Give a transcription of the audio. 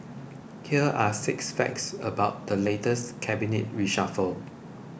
here are six facts about the latest Cabinet reshuffle